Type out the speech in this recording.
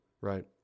right